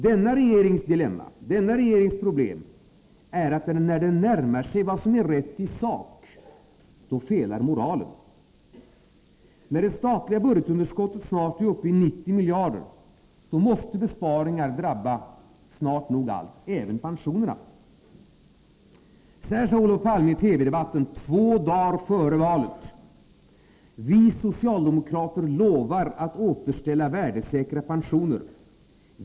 Denna regerings dilemma är, att när den närmar sig vad som är rätt i sak, då felar moralen. När det statliga budgetunderskottet snart är uppe i 90 miljarder måste besparingar drabba snart nog allt, även pensionerna. Så här sade Olof Palme i TV-debatten två dagar före valet: ”Vi socialdemokrater lovar att återställa värdesäkra pensioner.